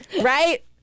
Right